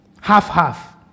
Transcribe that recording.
half-half